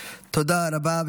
תודה רבה.